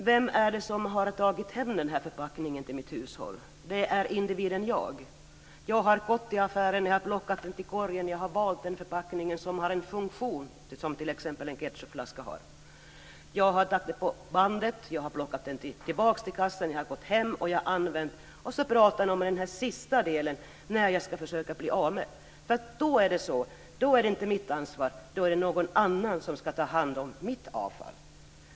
Vem är det som har tagit hem förpackningen till mitt hushåll? Jo, det är individen jag. Jag har gått i affären och plockat ned varan i korgen. Jag har valt en förpackning med en viss funktion, t.ex. en ketchupflaska. Jag har lagt upp den på bandet och lagt ned den i kassen för att sedan gå hem och använda den. Sedan har vi den sista delen - när jag ska försöka bli av med förpackningen. Då är det inte mitt ansvar, utan då är det någon annan som ska ta hand om mitt avfall.